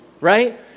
right